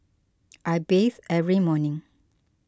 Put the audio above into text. I bathe every morning